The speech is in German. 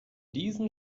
diesen